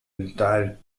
entire